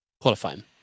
qualifying